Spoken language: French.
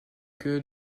que